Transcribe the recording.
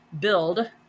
build